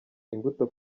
imbuto